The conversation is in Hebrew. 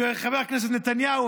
וחבר הכנסת נתניהו,